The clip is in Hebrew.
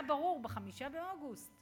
היה ברור ב-5 באוגוסט